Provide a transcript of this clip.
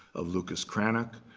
of lucas cranach.